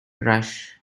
rush